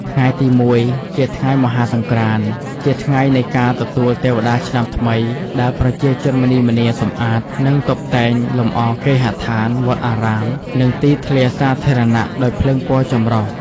ថ្ងៃទី ១ ជាថ្ងៃមហាសង្ក្រាន្ត ជាថ្ងៃនៃការទទួលទេវតាឆ្នាំថ្មី ដែលប្រជាជនម្នីម្នា សម្អាត និងតុបតែងលម្អគេហដ្ឋាន វត្តអារាម និងទីធ្លាសាធារណៈដោយភ្លើងពណ៌ចម្រុះ។